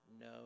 no